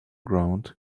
ground